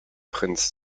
prinz